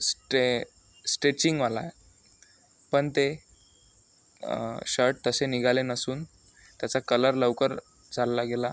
stay स्ट्रेचिंगवाला आहे पण ते शर्ट तसे निघाले नसून त्याचा कलर लवकर चालला गेला